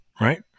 right